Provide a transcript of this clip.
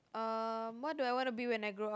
um what do I wanna be when I grow up